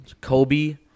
Kobe